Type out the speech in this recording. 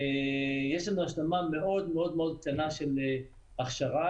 יש לנו השלמה מאוד-מאוד קטנה של הכשרה.